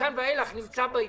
מכאן ואילך אני נמצא בעניין,